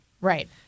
Right